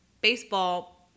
baseball